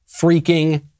freaking